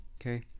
Okay